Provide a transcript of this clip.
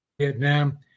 Vietnam